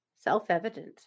self-evident